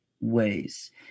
ways